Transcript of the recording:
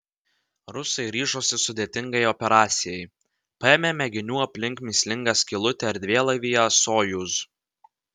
rusai ryžosi sudėtingai operacijai paėmė mėginių aplink mįslingą skylutę erdvėlaivyje sojuz